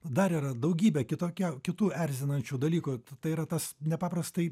dar yra daugybė kitokio kitų erzinančių dalykų tai yra tas nepaprastai